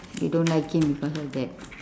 you don't like him because of that